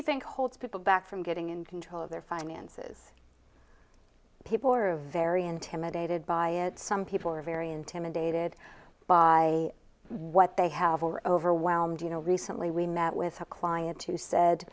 you think holds people back from getting in control of their finances people are very intimidated by it some people are very intimidated by what they have or overwhelmed you know recently we met with a client who said